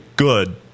Good